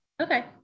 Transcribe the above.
okay